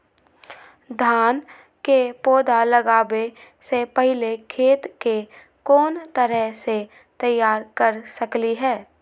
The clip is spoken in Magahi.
धान के पौधा लगाबे से पहिले खेत के कोन तरह से तैयार कर सकली ह?